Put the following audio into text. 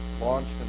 launched